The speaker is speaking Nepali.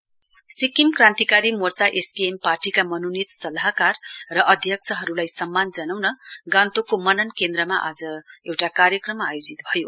एसकेएम सिक्किम क्रान्तिकारी मोर्चा एसकेएम पार्टीका मनोनीत सल्लाहकार र अध्यक्षहरूलाई सम्मान जनाउन गान्तोकको मनन केन्द्रमा आड एउटा कार्यक्रम आयोजित भयो